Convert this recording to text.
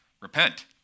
repent